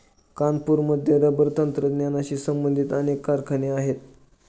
कानपूरमध्ये रबर तंत्रज्ञानाशी संबंधित अनेक कारखाने आहेत